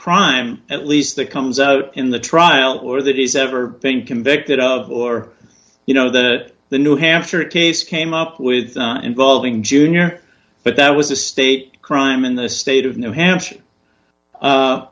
crime at least that comes out in the trial or that he's ever been convicted of or you know that the new hampshire case came up with not involving jr but there was a state crime in the state of new hampshire